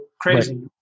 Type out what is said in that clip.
crazy